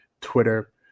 twitter